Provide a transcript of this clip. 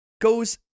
goes